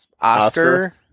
Oscar